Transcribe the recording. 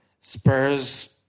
Spurs